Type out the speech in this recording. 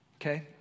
okay